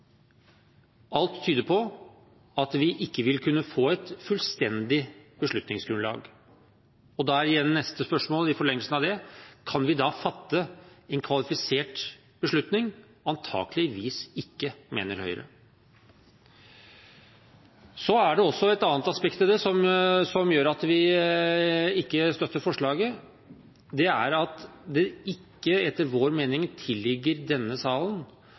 Alt tyder på at vi ikke vil kunne få et fullstendig beslutningsgrunnlag. Da er igjen neste spørsmål, i forlengelsen av det: Kan vi da fatte en kvalifisert beslutning? Antakeligvis ikke, mener Høyre. Så er det også et annet aspekt som gjør at vi ikke støtter forslaget. Det er at det etter vår mening ikke tilligger denne salen